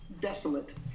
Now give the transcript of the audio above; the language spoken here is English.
desolate